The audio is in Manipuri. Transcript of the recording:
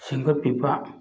ꯁꯦꯝꯒꯠꯄꯤꯕ